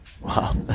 Wow